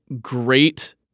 great